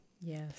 Yes